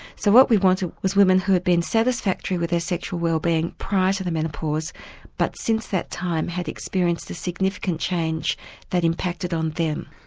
so what we wanted was women who had been satisfactory with their sexual wellbeing prior to the menopause but since that time had experienced a significant change that impacted on them.